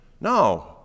No